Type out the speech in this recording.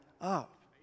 up